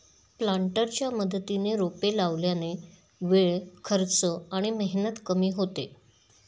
प्लांटरच्या मदतीने रोपे लावल्याने वेळ, खर्च आणि मेहनत कमी होते